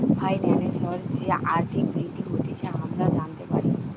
ফাইন্যান্সের যে আর্থিক বৃদ্ধি হতিছে আমরা জানতে পারি